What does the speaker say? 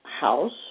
house